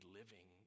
living